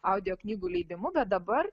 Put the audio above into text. audio knygų leidimu bet dabar